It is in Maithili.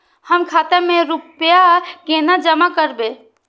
हम खाता में रूपया केना जमा करबे?